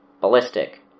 Ballistic